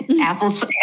Apple's